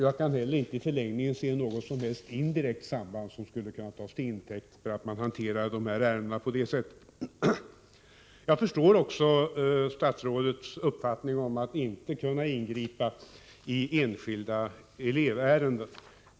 Jag kan heller inte i förlängningen se något som helst indirekt samband, som skulle kunna tas till intäkt för att hantera sådana här ärenden så som skett. Jag förstår också statsrådets uppfattning om att hon inte kan ingripa i enskilda elevärenden.